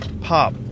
Pop